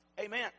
amen